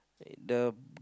the